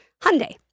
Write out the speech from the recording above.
Hyundai